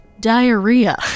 diarrhea